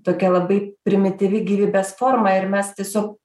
tokia labai primityvi gyvybės forma ir mes tiesiog